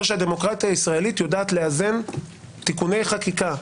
שהדמוקרטיה הישראלית יודעת לאזן תיקוני חקיקה,